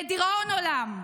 לדיראון עולם.